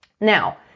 Now